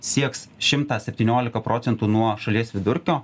sieks šimtą septyniolika procentų nuo šalies vidurkio